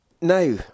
Now